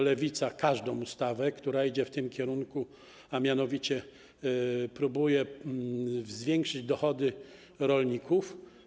Lewica popiera każdą ustawę, która idzie w tym kierunku, że mianowicie próbuje zwiększyć dochody rolników.